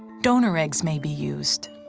donor eggs may be used.